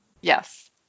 Yes